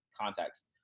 context